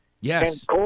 Yes